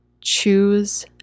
choose